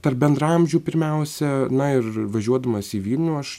tarp bendraamžių pirmiausia na ir važiuodamas į vilnių aš